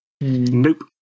nope